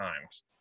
times